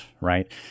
right